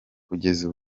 kugeza